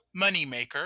Moneymaker